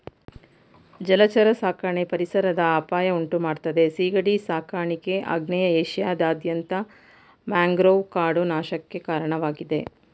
ಜಲಚರ ಸಾಕಣೆ ಪರಿಸರದ ಅಪಾಯ ಉಂಟುಮಾಡ್ತದೆ ಸೀಗಡಿ ಸಾಕಾಣಿಕೆ ಆಗ್ನೇಯ ಏಷ್ಯಾದಾದ್ಯಂತ ಮ್ಯಾಂಗ್ರೋವ್ ಕಾಡು ನಾಶಕ್ಕೆ ಕಾರಣವಾಗಿದೆ